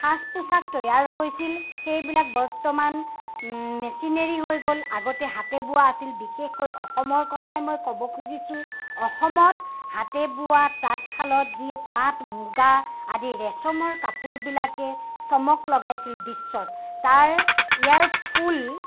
সাজ পোচাক তৈয়াৰ হৈছিল সেইবিলাক বৰ্তমান মেছিনেৰী হৈ গ'ল আগতে হাতেবোৱা আছিল বিশেষকৈ অসমৰ কথাই মই ক'ব খুজিছোঁ অসমত হাতে বোৱা তাঁতশালত যি পাট মুগা আদি ৰেচমৰ কাপোৰবিলাকে চমক লগাইছিল বিশ্বত তাৰ ইয়াৰ ফুল